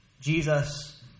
Jesus